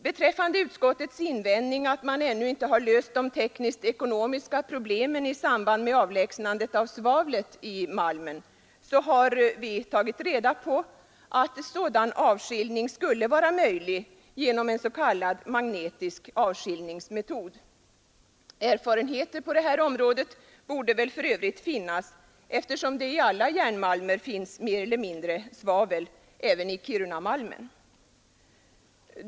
Beträffande utskottets invändning att man ännu inte har löst de tekniskt-ekonomiska problemen i samband med avlägsnandet av svavlet i malmen har vi tagit reda på att sådan avskiljning skulle vara möjlig genom den s.k. magnetiska avskiljningsmetoden. Erfarenheter på det området borde för övrigt finnas, eftersom det i alla järnmalmer, även i Kirunamalmen, finns mer eller mindre svavel.